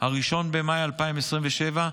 1 במאי 2027,